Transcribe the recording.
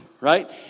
right